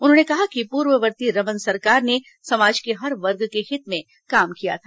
उन्होंने कहा कि पूर्ववर्ती रमन सरकार ने समाज के हर वर्ग के हित में काम किया था